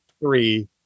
three